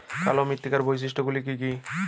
কালো মৃত্তিকার বৈশিষ্ট্য গুলি কি কি?